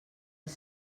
els